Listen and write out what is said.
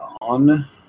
on